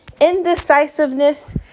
indecisiveness